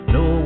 no